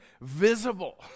visible